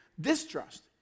distrust